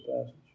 passage